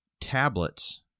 —tablets